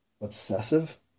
obsessive